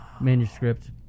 manuscript